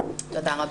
תודה רבה.